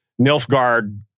Nilfgaard